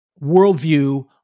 worldview